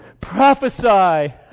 Prophesy